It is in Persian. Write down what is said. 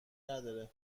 نداره